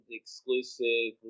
exclusive